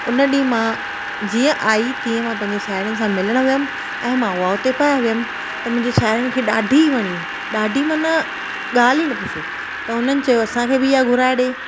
उन ॾींहुं मां जीअं आई तीअं मां पंहिंजी साहेड़ीयुनि सां मिलणु वयमि ऐं मां उहा हुते पाइ वयमि त मुंहिंजी साहेड़ीनि खे ॾाढी वणी ॾाढी मना ॻाल्हि ई न पुछो त हुननि चयो असांखे बि इहा घुराए ॾे